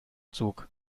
zug